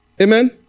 Amen